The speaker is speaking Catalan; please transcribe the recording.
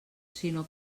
sinó